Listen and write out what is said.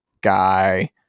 guy